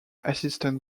assistant